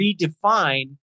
redefine